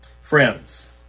Friends